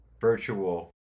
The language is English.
virtual